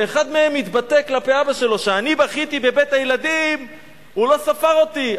ואחד מהם התבטא כלפי אבא שלו: כשאני בכיתי בבית-הילדים הוא לא ספר אותי,